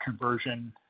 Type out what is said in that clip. conversion